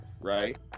right